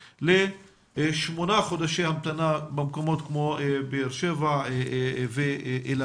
לשמונה חודשי המתנה במקומות כמו באר שבע ואילת.